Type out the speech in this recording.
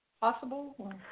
possible